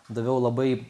daviau labai